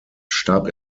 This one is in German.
starb